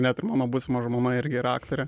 net ir mano būsima žmona irgi yra aktorė